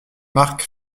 marc